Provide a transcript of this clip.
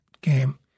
game